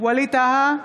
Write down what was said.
ווליד טאהא,